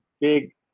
big